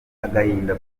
agahinda